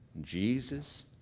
Jesus